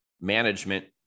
management